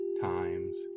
times